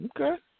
Okay